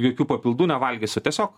jokių papildų nevalgysiu tiesiog